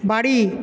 বাড়ি